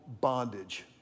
bondage